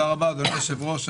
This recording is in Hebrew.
רבה, אדוני היושב-ראש.